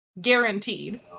Guaranteed